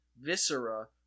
viscera